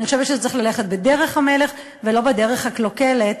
אני חושבת שזה צריך ללכת בדרך המלך ולא בדרך הקלוקלת,